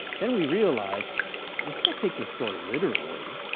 then we realize we can't take the story literally.